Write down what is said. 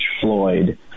Floyd